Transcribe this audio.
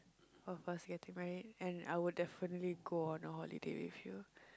of us getting married and I will definitely go on a holiday with you